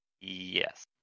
Yes